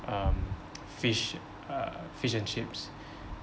um fish uh fish and chips